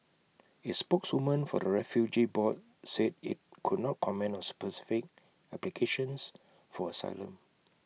is spokeswoman for the refugee board said IT could not comment on specific applications for asylum